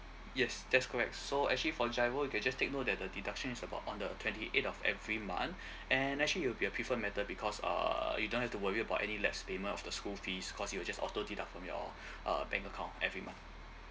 yes that's correct so actually for GIRO you can just take note that the deduction is about on the twenty eighth of every month and actually it'll be a preferred matter because uh you don't have to worry about any less payment of the school fees cause it'll just auto deduct from your uh bank account every month